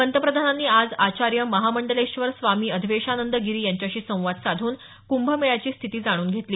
पंतप्रधानांनी आज आचार्य महामंडलेश्वर स्वामी अधवेशानंद गिरी यांच्याशी संवाद साधून कुंभमेळ्याची स्थिती जाणून घेतली